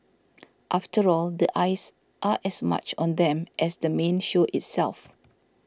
after all the eyes are as much on them as the main show itself